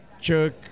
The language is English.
chuck